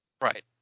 Right